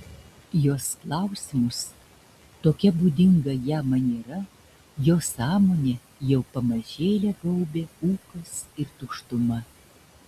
jos klausimus tokia būdinga jam maniera jo sąmonę jau pamažėle gaubė ūkas ir tuštuma